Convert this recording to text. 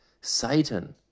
Satan